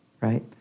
right